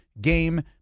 game